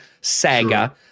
saga